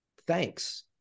thanks